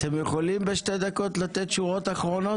אתם יכולים בשתי דקות לתת שורות אחרונות?